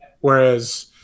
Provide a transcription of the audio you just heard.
Whereas